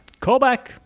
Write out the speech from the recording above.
Callback